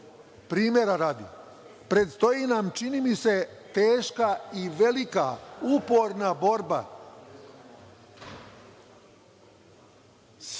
primera radi, predstoji nam, čini mi se, teška i velika, uporna borba sa